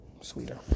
sweeter